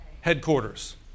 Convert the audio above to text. Headquarters